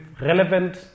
relevant